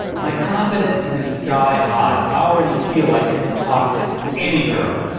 my confidence is sky-high. i already feel like i can talk to any girl!